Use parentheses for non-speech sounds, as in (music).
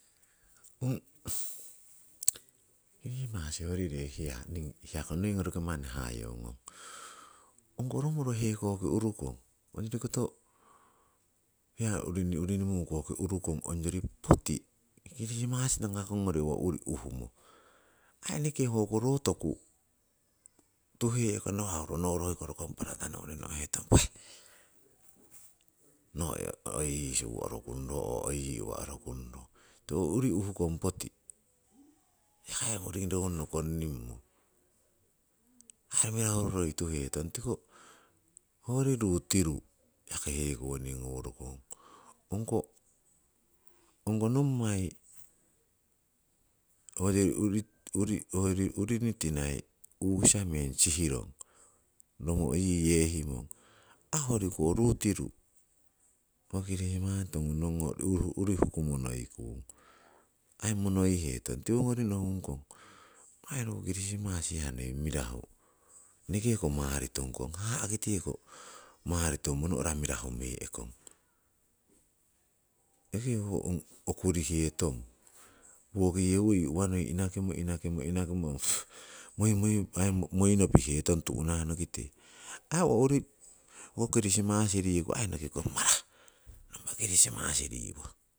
Ong (noise) kirisimasi horire hiya ningii manni hiyako noingo roki manni hayeungong, ongko romoro hekoki urukong, ongyori koto hiya urini urini mukoki urukong ongyori poti kirisimasi tangamong owo urii uhumo, aii eneke hoko ro toku tuhe'kong nawa' hoikoh rokong nowori parata nowori no'hetong weh, no oi yii shoe oru kunro, no oi yii uwa oru kunron. Tiko urii uhukong poti, (unintelligible) ronno konnimmo, aii mirahuroituhetong tiko hoyori ruu tiru yaki hekowoning ngoworokong, ongko ongko nommai hoyori urini (hesitation) tinai u'kisa meng sihrong romo' yii yehimong aii hoyoriko ruu tiru ho kirisimasi tonguh nongori tii urii huku monoikung aii monoihetong, tiwongori nohungkong ong aii ruu kirisimasi hiya noi mirahu, enekeko maritongkong haha'kiteko nohro maritommo no'ra mirahume'kong, roki ho ong (noise) okurihetong, woki yewo yii hiya noi inakimo, inakimo, inakimo (noise) moi moi aii moi nopihetong tu'nahnokite. Aii owo urii kirismasi riku aii nokikong marah nompah kirisimasi riwoh.